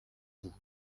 vous